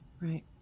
right